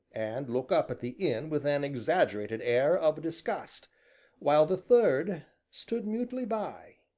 and look up at the inn with an exaggerated air of disgust while the third stood mutely by,